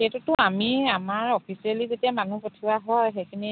সেইটোতো আমি আমাৰ অফিচিয়েলি যেতিয়া মানুহ পঠিওৱা হয় সেইখিনি